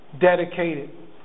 dedicated